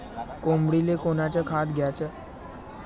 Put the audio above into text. कोंबडीले कोनच खाद्य द्याच?